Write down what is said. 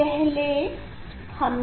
पहले हमे